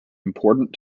important